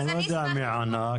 אני לא יודע מי ענה,